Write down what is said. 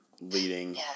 leading